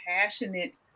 passionate